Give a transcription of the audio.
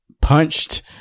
punched